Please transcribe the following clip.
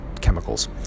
chemicals